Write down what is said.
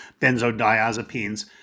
benzodiazepines